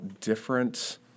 different